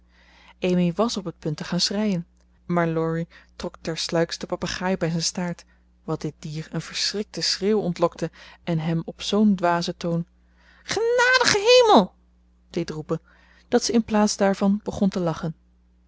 amy was op het punt te gaan schreien maar laurie trok tersluiks den papegaai bij zijn staart wat dit dier een verschrikten schreeuw ontlokte en hem op zoo'n dwazen toon genadige hemel deed roepen dat ze in plaats daarvan begon te lachen